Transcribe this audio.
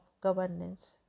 governance